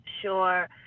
sure